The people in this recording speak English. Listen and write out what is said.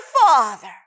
Father